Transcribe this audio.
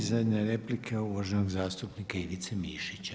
I zadnja replika je uvaženog zastupnika Ivice Mišića.